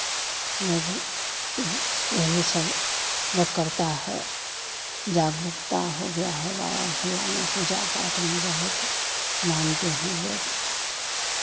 लोग यही सब लोग करता है जागरुकता हो गया है बाबा भोला में पूजा पाठ में बहुत मानते हैं लोग